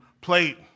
plate